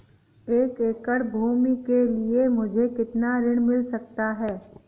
एक एकड़ भूमि के लिए मुझे कितना ऋण मिल सकता है?